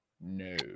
No